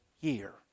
year